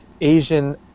Asian